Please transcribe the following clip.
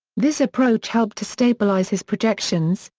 this approach helped to stabilize his projections,